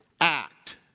Act